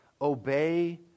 obey